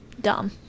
dumb